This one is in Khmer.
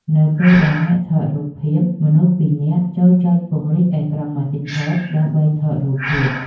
នៅពេលដែលអ្នកថតរូបភាពមនុស្សពីរនាក់ ចូរចុចពង្រីកអេក្រង់ម៉ាស៊ីនថត ដើម្បីថតរូបភាព ។